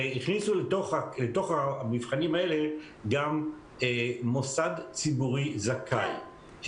הכניסו לתוך המבחנים האלה גם מוסד ציבורי זכאי,